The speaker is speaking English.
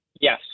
Yes